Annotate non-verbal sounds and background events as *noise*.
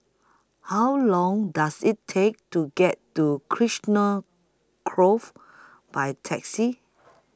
How Long Does IT Take to get to *unintelligible* Grove By Taxi